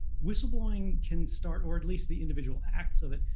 whistleblowing can start, or at least the individual acts of it,